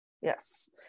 yes